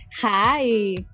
Hi